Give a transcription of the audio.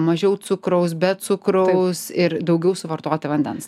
mažiau cukraus be cukraus ir daugiau suvartoti vandens